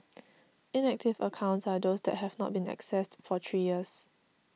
inactive accounts are those that have not been accessed for three years